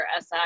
SI